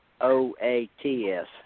O-A-T-S